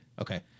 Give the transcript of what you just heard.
Okay